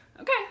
Okay